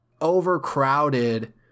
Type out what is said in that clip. overcrowded